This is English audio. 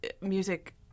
music